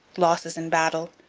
losses in battle,